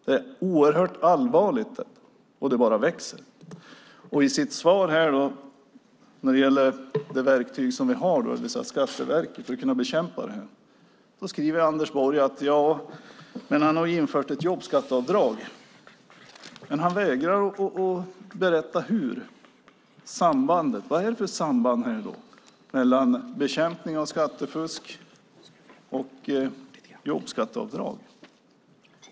Det är allvarligt, och det bara växer. I sitt svar skriver Anders Borg när det gäller det verktyg vi har att bekämpa detta med, alltså Skatteverket, att han har infört ett jobbskatteavdrag. Han vägrar dock att förklara sambandet. Vad är det för samband mellan bekämpning av skattefusk och jobbskatteavdrag?